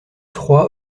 trois